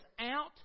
out